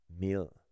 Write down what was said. meal